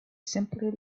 simply